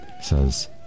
says